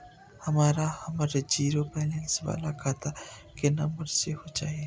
हमरा हमर zero balance बाला खाता के नम्बर सेहो चाही